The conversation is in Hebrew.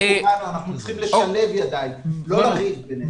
אנחנו צריכים לשלב ידיים לא לריב בינינו.